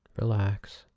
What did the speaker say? relax